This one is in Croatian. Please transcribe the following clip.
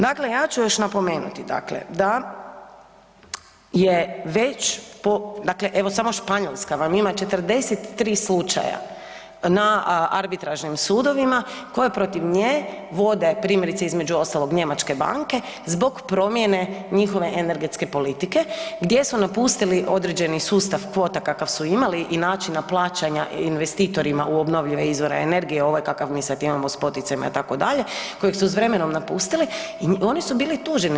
Dakle, ja ću još napomenuti dakle, da je već po, dakle evo samo Španjolska vam ima 43 slučaja na arbitražnim sudovima koje protiv nje vode primjerice između ostalog njemačke banke zbog promjene njihove energetske politike gdje su napustili određeni sustav kvota kakav su imali i načina plaćanja investitorima u obnovljive izvore energije ovaj kakav mi sad imamo s poticajima itd. kojeg su s vremenom napustili i oni su bili tuženi.